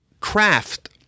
craft